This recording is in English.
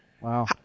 Wow